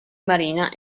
marina